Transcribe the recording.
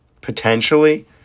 potentially